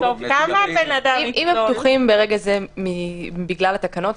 אם הם פתוחים ברגע זה בגלל התקנות,